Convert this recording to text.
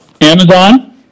Amazon